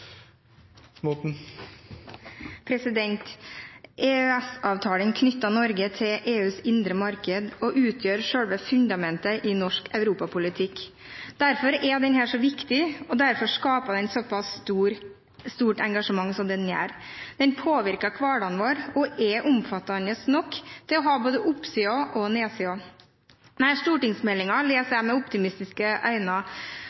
norsk europapolitikk. Derfor er den så viktig, og derfor skaper den såpass stort engasjement som den gjør. Den påvirker hverdagen vår og er omfattende nok til å ha både oppsider og nedsider i seg. Denne stortingsmeldingen leser